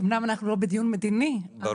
אומנם אנחנו לא בדיון מדיני, אבל.